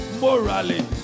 morally